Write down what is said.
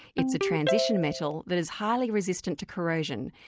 it's a transition metal that is highly resistant to corrosion.